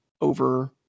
over